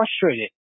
frustrated